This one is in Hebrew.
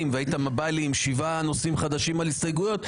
והיית בא אלי עם שבעה נושאים חדשים על הסתייגויות,